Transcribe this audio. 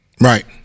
Right